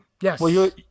Yes